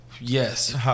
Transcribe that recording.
Yes